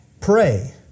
Pray